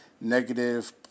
negative